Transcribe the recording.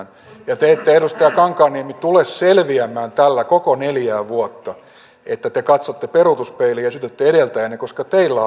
ja te ette edustaja kankaanniemi tule selviämään tällä koko neljää vuotta niin että te katsotte peruutuspeiliin ja syytätte edeltäjäänne koska teillä on nyt valta